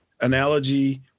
analogy